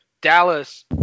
Dallas